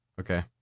Okay